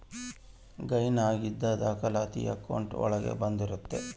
gain ಆಗಿದ್ ದಾಖಲಾತಿ account ಒಳಗ ಬಂದಿರುತ್ತೆ